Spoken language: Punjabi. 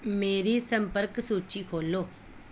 ਮੇਰੀ ਸੰਪਰਕ ਸੂੂਚੀ ਖੋਲੋ